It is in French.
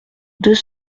deux